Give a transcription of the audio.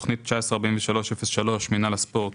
תכנית 19-43-03 מינהל הספורט